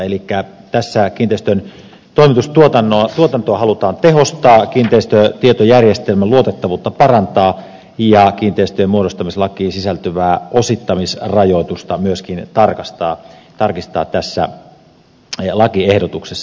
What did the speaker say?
elikkä kiinteistön toimitustuotantoa halutaan tehostaa kiinteistötietojärjestelmän luotettavuutta parantaa ja kiinteistönmuodostamislakiin sisältyvää osittamisrajoitusta myöskin tarkistaa tässä lakiehdotuksessa